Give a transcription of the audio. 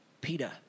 Peter